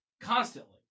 constantly